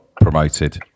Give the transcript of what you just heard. promoted